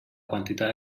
quantitat